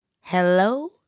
hello